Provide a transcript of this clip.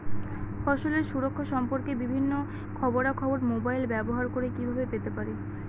ফসলের সুরক্ষা সম্পর্কে বিভিন্ন খবরা খবর মোবাইল ব্যবহার করে কিভাবে পেতে পারি?